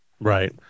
Right